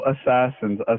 Assassins